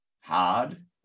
hard